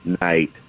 night